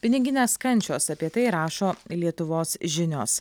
piniginės kančios apie tai rašo lietuvos žinios